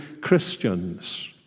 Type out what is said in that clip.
Christians